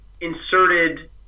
inserted